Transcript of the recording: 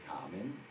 common